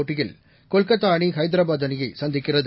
போட்டியில் கொல்கத்தா அணி ஹைதராபாத் அணியை சந்திக்கிறது